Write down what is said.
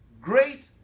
Great